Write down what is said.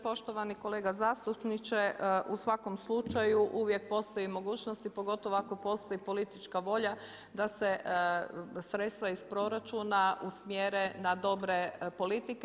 Poštovani kolega zastupniče, u svakom slučaju, uvijek postoje mogućnosti, pogotovo ako postoji politička volja da se sredstva iz proračuna usmjere na dobre politike.